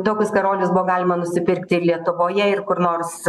tokius karolius buvo galima nusipirkti ir lietuvoje ir kur nors